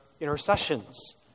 intercessions